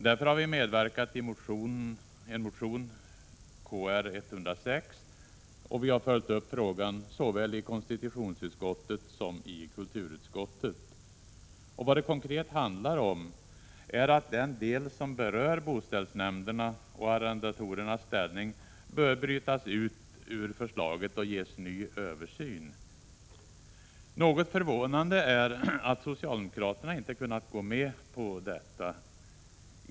Därför har vi medverkat i en motion — Kr106 — och vi har följt upp frågan såväl i konstitutionsutskottet som i kulturutskottet. Vad det konkret handlar om är att den del som berör boställsnämnderna och arrendatorernas ställning bör brytas ut ur förslaget och ges ny översyn. Något förvånande är att socialdemokraterna inte kunnat gå med på detta.